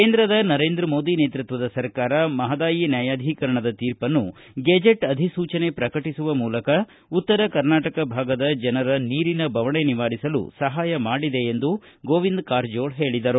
ಕೇಂದ್ರದ ನರೇಂದ್ರ ಮೋದಿ ನೇತೃತ್ವದ ಸರ್ಕಾರ ಮಹದಾಯಿ ನ್ಯಾಯಾಧೀಕರಣದ ತೀರ್ಪನ್ನು ಗೆಜೆಟ್ ಅಧಿಸೂಚನೆ ಪ್ರಕಟಿಸುವ ಮೂಲಕ ಉತ್ತರ ಕರ್ನಾಟಕ ಭಾಗದ ಜನರ ನೀರಿನ ಬವಣೆ ನಿವಾರಿಸಲು ಸಹಾಯ ಮಾಡಿದೆ ಎಂದು ಗೋವಿಂದ ಕಾರಜೋಳ ಹೇಳಿದ್ದಾರೆ